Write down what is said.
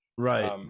Right